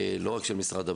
לא רק של משרד הבריאות,